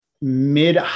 mid